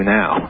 now